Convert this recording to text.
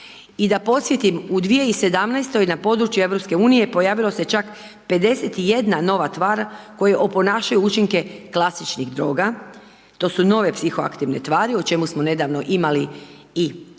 i da podsjetim, u 2017. na području EU pojavilo se čak 51 nova tvar koje oponašaju učinke klasičnih droga, to su nove psihoaktivne tvari, o čemu smo nedavno imali i izmjene